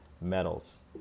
metals